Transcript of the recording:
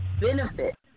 benefit